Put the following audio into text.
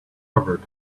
covered